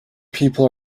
people